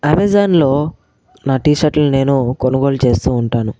అమెజాన్లో నా టీ షర్ట్లు నేను కొనుగోలు చేస్తు ఉంటాను